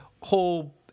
whole